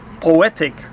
poetic